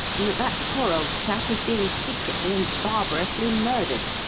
and that that poor old chap is being secretly and barbarously murdered.